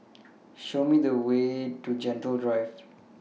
Show Me The Way to Gentle Drive